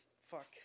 Fuck